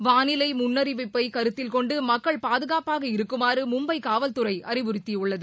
வானிலைமுன்னறிவிப்பைகருத்தில்கொண்டுமக்கள் பாதுகாப்பாக இருக்குமாறு மும்பை காவல்துறைஅறிவுறுத்தியுள்ளது